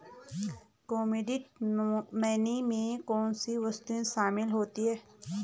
Commodity money में कौन सी वस्तुएं शामिल होती हैं?